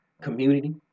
community